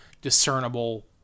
discernible